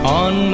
on